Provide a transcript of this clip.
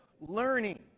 learning